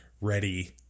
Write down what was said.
ready